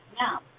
now